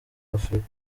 afurika